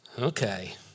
Okay